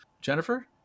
Jennifer